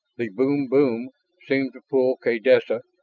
the boom-boom seemed to pull kaydessa,